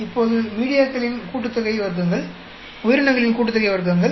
இப்போது மீடியாக்களின் கூட்டுத்தொகை வர்க்கங்கள் உயிரினங்களின் கூட்டுத்தொகை வர்க்கங்கள்